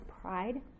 pride